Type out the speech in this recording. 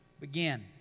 begin